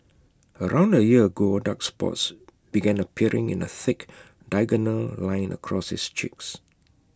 around A year ago dark spots began appearing in A thick diagonal line across his cheeks